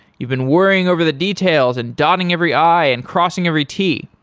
you've been worrying over the details and dotting every i and crossing every t.